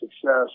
success